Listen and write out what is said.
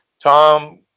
Tom